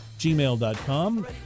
gmail.com